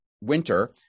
winter